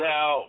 Now